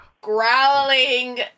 Growling